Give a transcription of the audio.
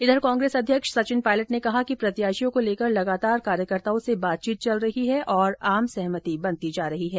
उधर कांग्रेस अध्यक्ष सचिन पायलट ने कहा कि प्रत्याषियों को लेकर लगातार कार्यकर्ताओं से बातचीत चल रही है और आम सहमति बनती जा रही है